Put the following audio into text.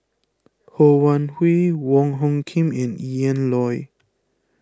Ho Wan Hui Wong Hung Khim and Ian Loy